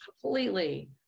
completely